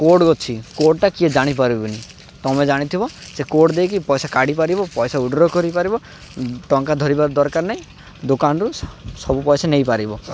code ଅଛି କୋର୍ଡ଼ଟା କିଏ ଜାଣିପାରିବେନି ତମେ ଜାଣିଥିବ ସେ କୋର୍ଡ଼ ଦେଇକି ପଇସା କାଢ଼ିପାରିବ ପଇସା ଉଇଡ଼୍ରୋ କରିପାରିବ ଟଙ୍କା ଧରିବା ଦରକାର ନାହିଁ ଦୋକାନ୍ରୁ ସବୁ ପଇସା ନେଇପାରିବ